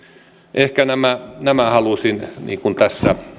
ehkä nämä nämä halusin tässä